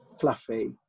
fluffy